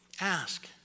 ask